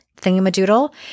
thingamadoodle